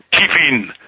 keeping